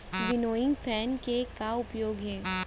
Winnowing fan के का उपयोग हे?